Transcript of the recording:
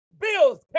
bills